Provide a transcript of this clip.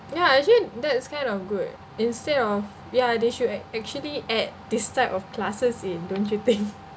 ya actually that's kind of good instead of ya they should add actually add this type of classes in don't you think